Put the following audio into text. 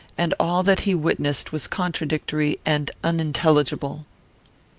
and all that he witnessed was contradictory and unintelligible.